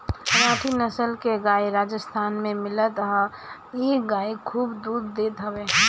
राठी नसल के गाई राजस्थान में मिलत हअ इ गाई खूब दूध देत हवे